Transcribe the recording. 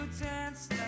dance